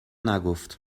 نگفت